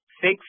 six